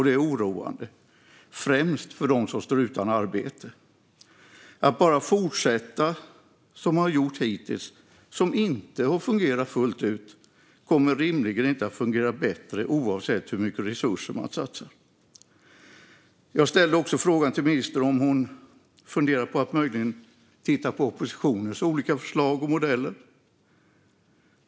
Det är oroande, främst för dem som står utan arbete. Att bara fortsätta som man har gjort hittills och som inte har fungerat fullt ut kommer rimligen inte att fungera bättre oavsett hur mycket resurser man satsar. Jag ställde också frågan till ministern om hon funderar på att möjligen titta på oppositionens olika förslag och modeller.